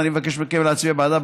ואני מבקש מכם להצביע בעדה,